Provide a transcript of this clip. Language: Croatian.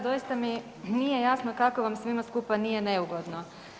Doista mi nije jasno kako vas svima skupa nije neugodno.